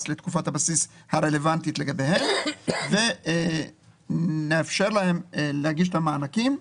לתקופת הבסיס הרלוונטית לגביהם ונאפשר להם להגיש את המענקים.